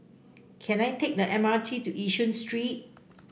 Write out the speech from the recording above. can I take the M R T to Yishun Street